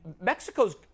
Mexico's